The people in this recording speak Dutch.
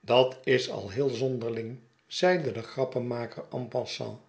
dat is al heel zonderling zeide de grappenmaker en passant